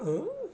అ